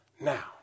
Now